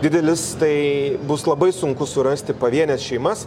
didelis tai bus labai sunku surasti pavienes šeimas